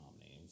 names